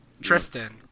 Tristan